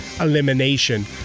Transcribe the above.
elimination